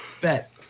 bet